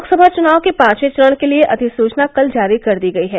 लोकसभा चुनाव के पांचवें चरण के लिये अधिसूचना कल जारी कर दी गई है